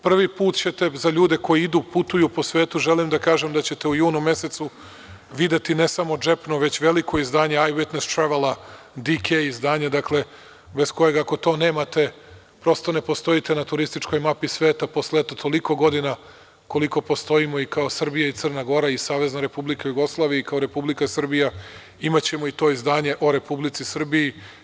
Prvi put ćete za ljude koji idu, putuju po svetu, želim da kažem da ćete u junu mesecu videti ne samo džepno, već veliko izdanje eyewitness travel dk izdanje, dakle, bez kojeg ako to nemate prosto ne postojite na turističkoj mapi sveta, posle eto toliko godina koliko postojimo i kao Srbija i Crna Gora i Savezna Republika Jugoslavija i kao Republika Srbija imaćemo i to izdanje o Republici Srbiji.